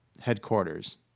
headquarters